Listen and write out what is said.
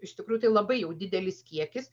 iš tikrųjų tai labai jau didelis kiekis